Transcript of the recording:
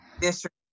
District